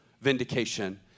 vindication